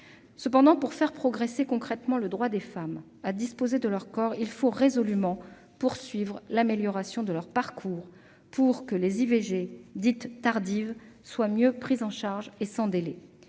Toutefois, pour faire progresser concrètement le droit des femmes à disposer de leur corps, il faut résolument poursuivre l'amélioration de leur parcours, afin que les IVG dites « tardives » soient mieux prises en charge, et sans délai.